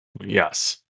Yes